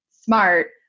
smart